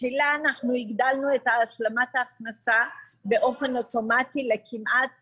תחילה הגדלנו את השלמת ההכנסה באופן אוטומטי לכמעט